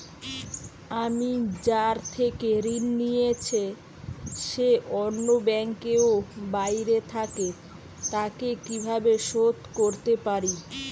আমি যার থেকে ঋণ নিয়েছে সে অন্য ব্যাংকে ও বাইরে থাকে, তাকে কীভাবে শোধ করতে পারি?